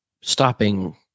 stopping